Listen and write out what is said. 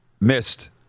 missed